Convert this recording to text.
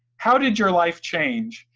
how did your life change,